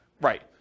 Right